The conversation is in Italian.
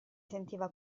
sentiva